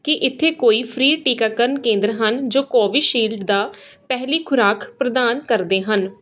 ਕੀ ਇੱਥੇ ਕੋਈ ਫ੍ਰੀ ਟੀਕਾਕਰਨ ਕੇਂਦਰ ਹਨ ਜੋ ਕੋਵਿਸ਼ਿਲਡ ਦਾ ਪਹਿਲੀ ਖੁਰਾਕ ਪ੍ਰਦਾਨ ਕਰਦੇ ਹਨ